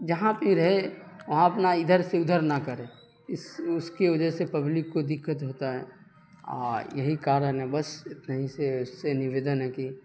جہاں پہ رہے وہاں اپنا ادھر سے ادھر نہ کرے اس اس کے وجہ سے پبلک کو دقت ہوتا ہے اور یہی کارن ہے بس اتنا ہی سے اس سے نویدن ہے کہ